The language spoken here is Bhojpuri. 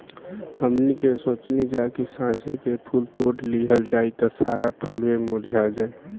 हमनी के सोचनी जा की साझे के फूल तोड़ लिहल जाइ त सारा फुलवे मुरझा जाइ